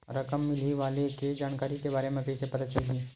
रकम मिलही वाले के जानकारी के बारे मा कइसे पता चलही?